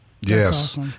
Yes